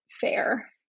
fair